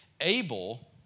Abel